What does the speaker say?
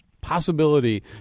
possibility